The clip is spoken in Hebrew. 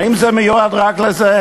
האם זה מיועד רק לזה?